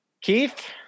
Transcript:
Keith